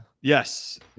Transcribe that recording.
Yes